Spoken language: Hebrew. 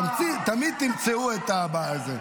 תמיד תמצאו את זה.